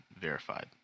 verified